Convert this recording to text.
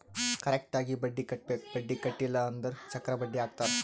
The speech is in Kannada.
ಕರೆಕ್ಟ್ ಆಗಿ ಬಡ್ಡಿ ಕಟ್ಟಬೇಕ್ ಬಡ್ಡಿ ಕಟ್ಟಿಲ್ಲ ಅಂದುರ್ ಚಕ್ರ ಬಡ್ಡಿ ಹಾಕ್ತಾರ್